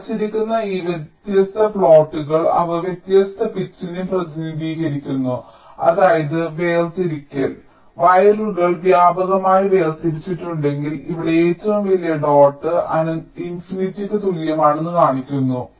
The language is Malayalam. കാണിച്ചിരിക്കുന്ന ഈ വ്യത്യസ്ത പ്ലോട്ടുകൾ അവ വ്യത്യസ്ത പിച്ചിനെ പ്രതിനിധീകരിക്കുന്നു അതായത് വേർതിരിക്കൽ അതിനാൽ വയറുകൾ വ്യാപകമായി വേർതിരിച്ചിട്ടുണ്ടെങ്കിൽ ഇവിടെ ഏറ്റവും വലിയ ഡോട്ട് അനന്തതയ്ക്ക് തുല്യമാണെന്ന് കാണിക്കുന്നു